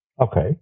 Okay